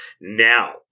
Now